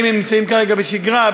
האם הם נמצאים כרגע בשגרה,